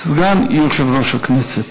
סגן יושב-ראש הכנסת.